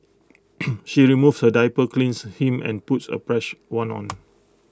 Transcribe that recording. she removes her diaper cleans him and puts A fresh one on